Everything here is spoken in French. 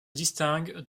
distingue